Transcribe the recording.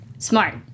Smart